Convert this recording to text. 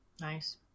Nice